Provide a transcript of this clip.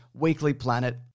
weeklyplanet